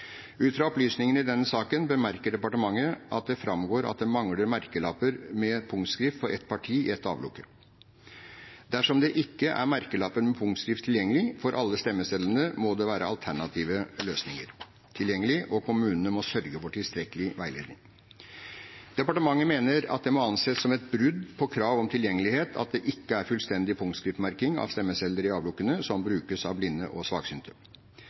Ut fra opplysningene i denne saken bemerker departementet at det framgår at det mangler merkelapper med punktskrift for ett parti i ett avlukke. Dersom det ikke er merkelapper med punktskrift tilgjengelig for alle stemmesedlene, må det være alternative løsninger tilgjengelig, og kommunene må sørge for tilstrekkelig veiledning. Departementet mener at det må anses som et brudd på krav om tilgjengelighet at det ikke er fullstendig punktskriftmerking av stemmesedler i avlukkene som brukes av blinde og